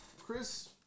Chris